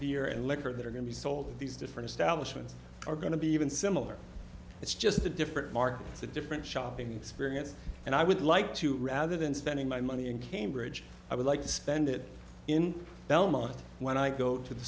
beer and liquor that are going to be sold these different establishment are going to be even similar it's just a different market it's a different shopping experience and i would like to rather than spending my money in cambridge i would like to spend it in belmont when i go to the